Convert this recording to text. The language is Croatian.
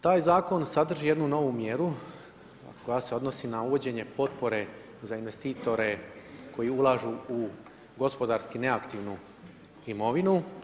Taj, zakon sadrži jednu novu mjeru, koja se odnosi, na uvođenje potpore za investitori koji ulažu u gospodarsku neaktivnu imovinu.